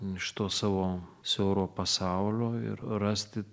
iš to savo siauro pasaulio ir rasti